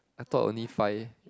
I thought only five